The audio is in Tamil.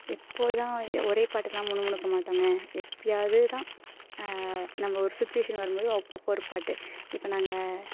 எப்பொழுதும் ஒரே பாட்டெலாம் முணுமுணுக்க மாட்டோங்க எப்பயாவது தான் நம்ம ஒரு சுச்சிவேஷன் வரும்போது அப்பப்போ ஒரு பாட்டு இப்போ நாங்கள்